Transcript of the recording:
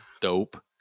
dope